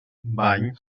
bany